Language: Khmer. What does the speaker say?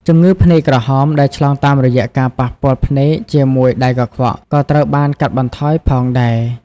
ជំងឺភ្នែកក្រហម ដែលឆ្លងតាមរយៈការប៉ះពាល់ភ្នែកជាមួយដៃកខ្វក់ ក៏ត្រូវបានកាត់បន្ថយផងដែរ។